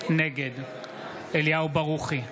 נגד אליהו ברוכי,